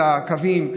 עומס על הקווים,